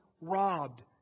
robbed